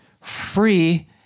free